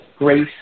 Grace